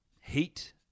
Heat